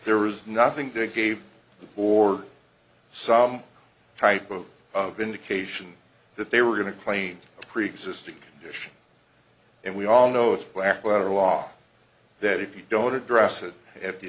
there was nothing to gave them or some type of of indication that they were going to claim a preexisting condition and we all know it's black letter law that if you don't address it at the